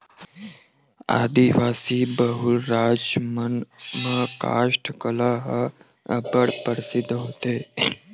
आदिवासी बहुल राज मन म कास्ठ कला ह अब्बड़ परसिद्ध होथे